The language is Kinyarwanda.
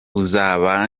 uzaba